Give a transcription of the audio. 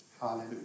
Hallelujah